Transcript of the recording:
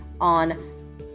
on